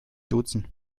duzen